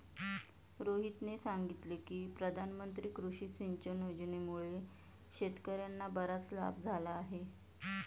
रोहितने सांगितले की प्रधानमंत्री कृषी सिंचन योजनेमुळे शेतकर्यांना बराच लाभ झाला आहे